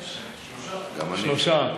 שלושה.